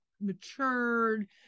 matured